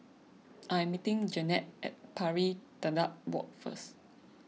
I am meeting Jeannette at Pari Dedap Walk first